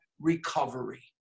recovery